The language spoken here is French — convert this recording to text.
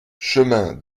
chemin